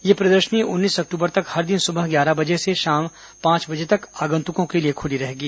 यह प्रदर्शनी उन्नीस अक्टूबर तक हर दिन सुबह ग्यारह बजे से शाम पांच बजे तक आगन्तुकों के लिए खुली रहेगी